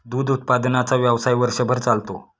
दूध उत्पादनाचा व्यवसाय वर्षभर चालतो